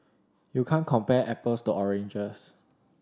you can't compare apples to oranges